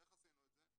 איך עשינו את זה?